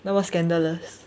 那么 scandalous